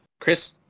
Chris